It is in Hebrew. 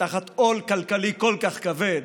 תחת עול כלכלי כל כך כבד,